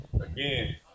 Again